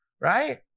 right